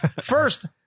First